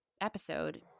episode